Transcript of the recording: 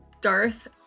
Darth